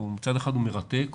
שמצד אחד הוא מרתק,